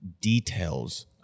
details